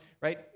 right